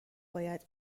باید